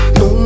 no